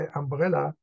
umbrella